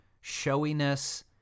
showiness